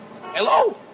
Hello